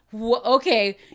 Okay